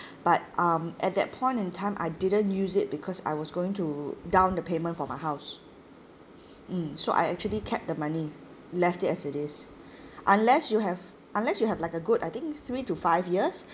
but um at that point in time I didn't use it because I was going to down the payment for my house mm so I actually kept the money left it as it is unless you have unless you have like a good I think three to five years